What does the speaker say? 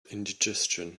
indigestion